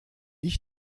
ich